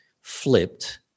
flipped